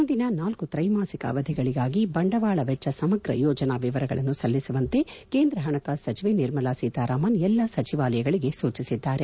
ಮುಂದಿನ ನಾಲ್ಕು ತ್ರೈಮಾಸಿಕ ಅವಧಿಗಳಿಗಾಗಿ ಬಂಡವಾಳ ವೆಚ್ಚ ಸಮಗ್ರ ಯೋಜನಾ ವಿವರಗಳನ್ನು ಸಲ್ಲಿಸುವಂತೆ ಕೇಂದ್ರ ಹಣಕಾಸು ಸಚಿವೆ ನಿರ್ಮಲಾ ಸೀತಾರಾಮನ್ ಎಲ್ಲಾ ಸಚಿವಾಲಯಗಳಿಗೆ ಸೂಚಿಸಿದ್ದಾರೆ